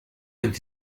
vint